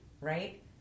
right